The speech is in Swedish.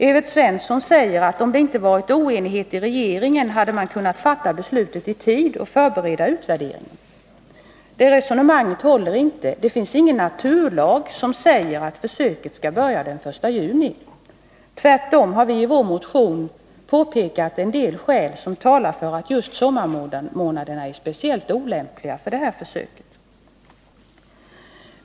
Evert Svensson säger, att om det inte varit oenighet i regeringen, hade man kunnat fatta beslutet i tid och förbereda utvärderingen. Det resonemanget håller inte. Det finns ingen naturlag som säger att försöket skall börja den 1 juni. Tvärtom har vi i vår motion pekat på en del skäl som talar för att just sommarmånaderna är speciellt olämpliga för det här försöket.